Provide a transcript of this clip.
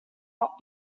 not